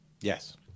Yes